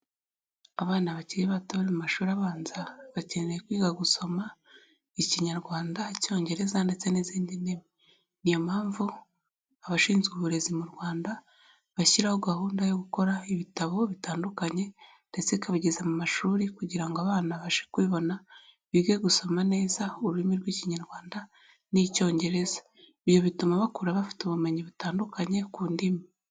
Abana bakiri bato bari mu mashuri abanza bakeneye kwiga gusoma Ikinyarwanda, Icyongereza ndetse n'izindi, niyo mpamvu abashinzwe uburezi mu Rwanda bashyiraho gahunda yo gukora ibitabo bitandukanye ndetse ikabageza mu mashuri kugira ngo abana abashe kubibona bige gusoma neza ururimi rw'Ikinyarwanda n'Icyongereza, ibyo bituma bakura bafite ubumenyi butandukanye ku ndimi.